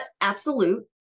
absolute